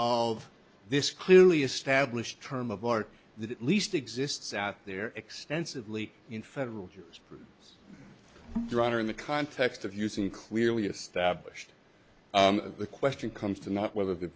of this clearly established term of art that at least exists out there extensively in federal jurors drawn or in the context of using clearly established the question comes to not whether the